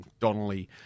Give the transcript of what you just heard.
Donnelly